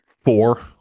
four